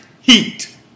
heat